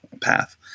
path